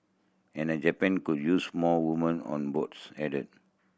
and Japan could use more woman on boards added